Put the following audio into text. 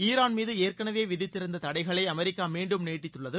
Iran மீது ஏற்கனவே விதித்திருந்த தடைகளை அமெரிக்கா மீண்டும் நீட்டித்துள்ளது